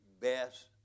best